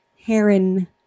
Heron